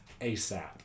ASAP